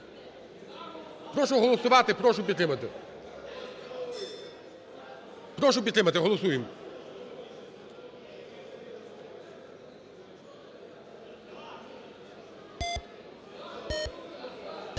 Прошу голосувати, прошу підтримати. Прошу підтримати. Голосуємо!